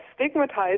stigmatized